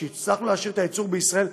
שהצלחנו להשאיר את הייצור בישראל,